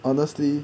honestly